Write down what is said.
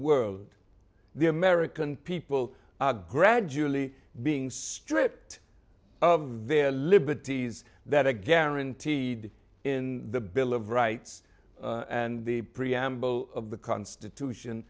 world the american people are gradually being stripped of their liberties that a guaranteed in the bill of rights and the preamble of the constitution